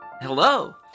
Hello